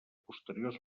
posteriors